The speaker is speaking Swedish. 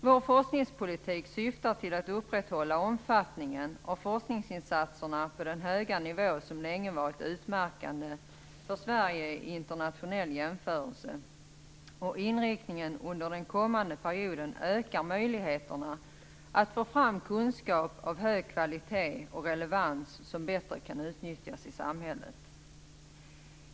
Vår forskningspolitik syftar till att upprätthålla omfattningen av forskningsinsatserna på den höga nivå som länge varit utmärkande för Sverige vid en internationell jämförelse, och inriktningen under den kommande perioden ökar möjligheterna att få fram kunskap av hög kvalitet och relevans som bättre kan utnyttjas i samhället.